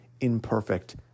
imperfect